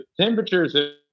temperatures